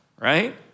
right